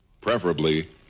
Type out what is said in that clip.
preferably